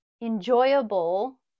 enjoyable